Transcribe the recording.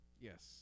Yes